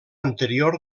anterior